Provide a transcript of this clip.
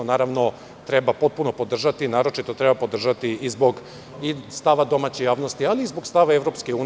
Sve to treba potpuno podržati, a naročito treba podržati i zbog stava domaće javnosti ali i stava EU.